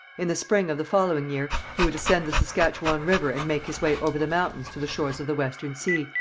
in the spring of the following year he would ascend the saskatchewan river and make his way over the mountains to the shores of the western sea,